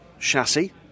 chassis